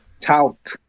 Tout